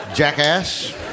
Jackass